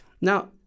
Now